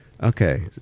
Okay